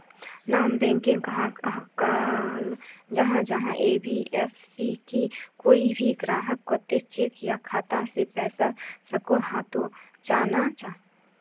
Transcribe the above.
Non banking कहाक कहाल जाहा जाहा एन.बी.एफ.सी की कोई भी ग्राहक कोत चेक या खाता से पैसा सकोहो, हाँ तो चाँ ना चाँ?